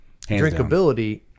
drinkability